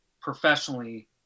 professionally